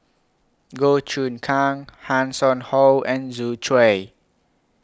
Goh Choon Kang Hanson Ho and Yu Zhuye